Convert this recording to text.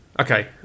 Okay